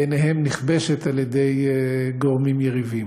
שבעיניהם נכבשת בידי גורמים יריבים.